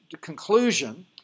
conclusion